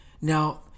Now